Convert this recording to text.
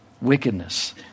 Wickedness